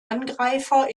angreifer